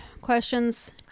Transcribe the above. questions